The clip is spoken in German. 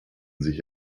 sich